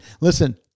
listen